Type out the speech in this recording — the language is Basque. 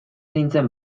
nintzen